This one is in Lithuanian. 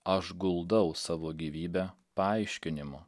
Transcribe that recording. aš guldau savo gyvybę paaiškinimu